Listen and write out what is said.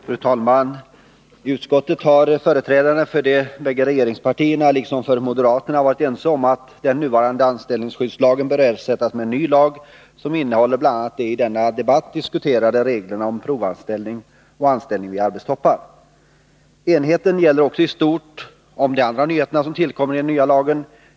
Fru talman! I utskottet har företrädarna för de båda regeringspartierna liksom för moderata samlingspartiet varit ense om att den nuvarande anställningsskyddslagen bör ersättas med en ny som innehåller bl.a. de i denna debatt diskuterade reglerna om provanställning och anställning vid arbetstoppar. Enigheten gäller också i stort de andra nyheter som tillkommer iden nya lagen.